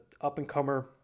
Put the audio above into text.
up-and-comer